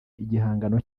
igihangano